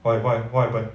why what what happened